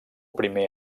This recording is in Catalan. primer